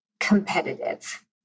competitive